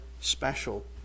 special